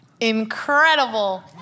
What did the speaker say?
Incredible